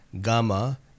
Gamma